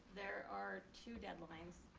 there are two deadlines